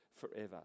forever